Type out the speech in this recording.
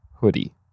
Hoodie